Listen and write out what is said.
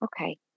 Okay